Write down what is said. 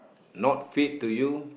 not fit to you